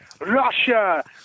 Russia